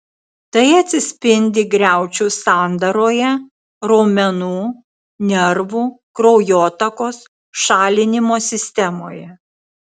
tai atsispindi griaučių sandaroje raumenų nervų kraujotakos šalinimo sistemoje